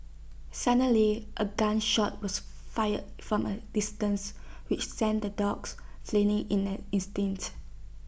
suddenly A gun shot was fired from A distance which send the dogs fleeing in an instant